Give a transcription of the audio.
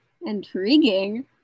Intriguing